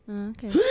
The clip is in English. okay